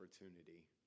opportunity